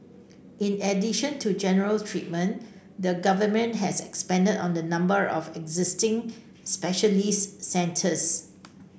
in addition to general treatment the Government has expanded on the number of existing specialist centres